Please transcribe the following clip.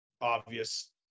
obvious